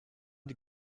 die